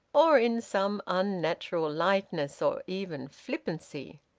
or in some unnatural lightness, or even flippancy.